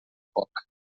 poc